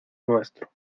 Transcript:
nuestro